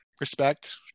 respect